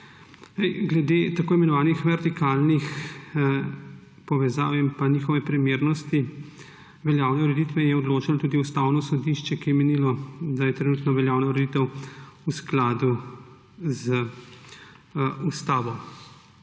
Glede tako imenovanih vertikalnih povezav in njihove primernosti veljavne ureditve je odločalo tudi Ustavno sodišče, ki je menilo, da je trenutno veljavna ureditev v skladu z Ustavo.